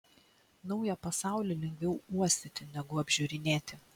naują pasaulį lengviau uostyti negu apžiūrinėti